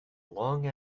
long